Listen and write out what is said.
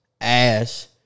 ass